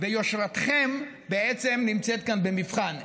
ויושרתכם בעצם נמצאת כאן במבחן.